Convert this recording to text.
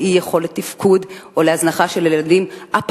לאי-יכולת תפקוד או להזנחה של ילדים במשפחה,